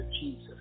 Jesus